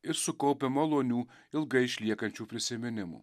ir sukaupia malonių ilgai išliekančių prisiminimų